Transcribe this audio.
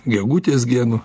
gegutės genu